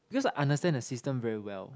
because I understand the system very well